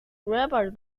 river